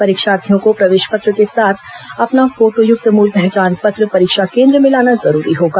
परीक्षार्थियों को प्रवेश पत्र के साथ अपना फोटोयुक्त मूल पहचान पत्र परीक्षा केन्द्र में लाना जरूरी होगा